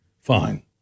fine